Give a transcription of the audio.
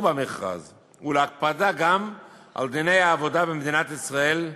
במכרז ולהקפדה על דיני העבודה במדינת ישראל.